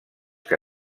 que